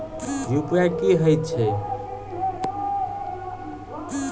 UPI की हएत छई?